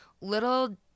little